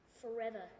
forever